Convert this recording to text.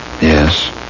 Yes